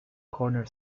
corner